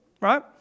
right